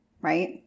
right